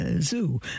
zoo